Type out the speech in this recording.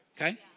Okay